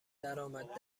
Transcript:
درآمد